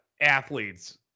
athletes